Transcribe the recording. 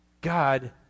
God